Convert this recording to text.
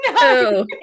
No